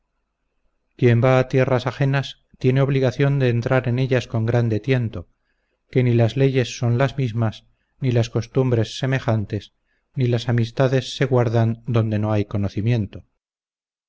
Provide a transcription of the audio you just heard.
quien va a tierras ajenas tiene obligación de entrar en ellas con grande tiento que ni las leyes son las mismas ni las costumbres semejantes ni las amistades se guardan donde no hay conocimiento